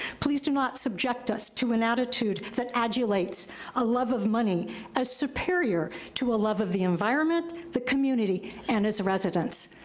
please do not subject us to an attitude that adulates a love of money as superior to a love of the environment, the community, and its residents.